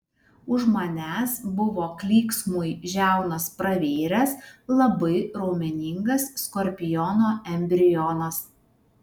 už manęs buvo klyksmui žiaunas pravėręs labai raumeningas skorpiono embrionas